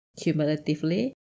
Cumulatively